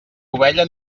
ovella